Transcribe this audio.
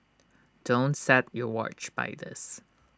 don't set your watch by this